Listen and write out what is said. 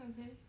Okay